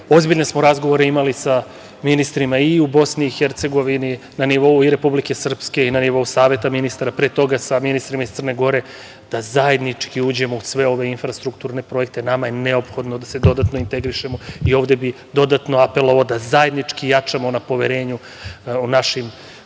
Ozbiljne smo razgovore imali sa ministrima i u Bosni i Hercegovini, na nivou Republike Srpske i na nivou Saveta ministara, pre toga sa ministrima iz Crne Gore, da zajednički uđemo u sve ove infrastrukturne projekte. Nama je neophodno da se dodatno integrišemo i ovde bih dodatno apelovao da zajednički jačamo na poverenju u našim